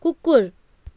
कुकुर